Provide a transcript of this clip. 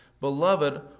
Beloved